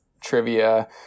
trivia